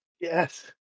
Yes